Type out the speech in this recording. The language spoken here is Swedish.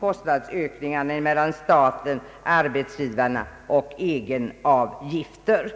kostnadsökningen mellan staten, arbetsgivarna och egna avgifter.